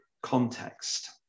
context